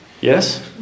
Yes